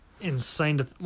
insane